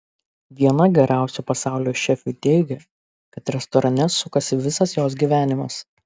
viena geriausių pasaulio šefių teigia kad restorane sukasi visas jos gyvenimas